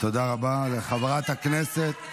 תודה רבה לחברת הכנסת.